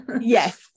Yes